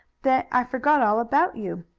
that i forgot all about you.